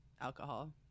alcohol